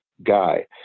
guy